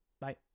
Bye